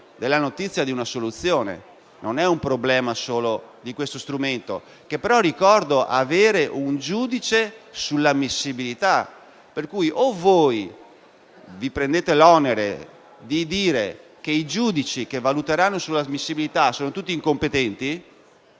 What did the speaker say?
della notizia di un'assoluzione; non è un problema solo di questo strumento che, peraltro, ricordo necessita di un giudizio di ammissibilità. Quindi o voi vi prendete l'onere di dire che i giudici che valuteranno tale ammissibilità sono tutti incompetenti,